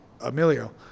Emilio